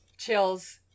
Chills